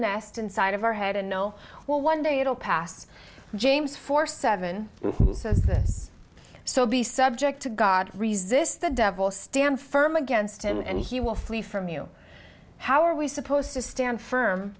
nest inside of our head and know well one day it'll pass james four seven says this so be subject to god resist the devil stand firm against him and he will flee from you how are we supposed to stand firm